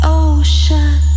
ocean